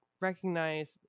recognize